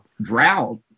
drought